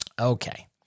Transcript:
Okay